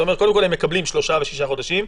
אתה אומר שקודם כול הם מקבלים שלושה חודשים ושישה חודשים.